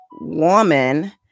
woman